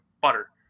butter